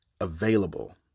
available